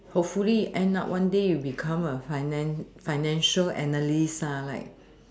hopefully end up one day you become a finance financial analyst ah like